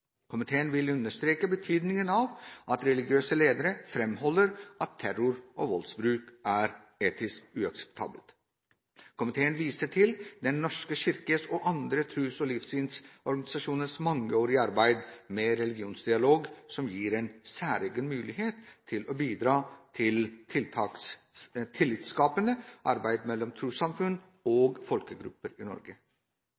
Komiteen vil understreke betydningen av at religiøse ledere fremholder at terror og voldsbruk er etisk uakseptabelt. Komiteen viser til Den norske kirkes og andre tros- og livssynsorganisasjoners mangeårige arbeid med religionsdialog som gir en særegen mulighet til å bidra til tillitsskapende arbeid mellom trossamfunn